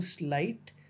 light